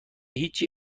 هیچی